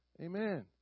Amen